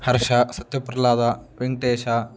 हर्षः सत्यप्रह्लादः वेङ्कटेशः